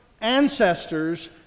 ancestors